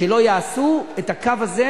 שלא יעשו את הקו הזה,